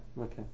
Okay